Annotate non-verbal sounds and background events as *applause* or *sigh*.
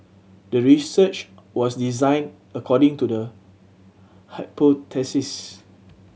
the research was designed according to the *unintelligible*